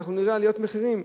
ואנחנו נראה עליות מחירים.